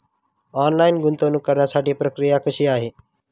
Online गुंतवणूक करण्यासाठी प्रक्रिया कशी आहे?